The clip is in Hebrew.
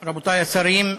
תודה רבה, רבותי השרים,